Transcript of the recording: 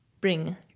bring